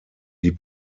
die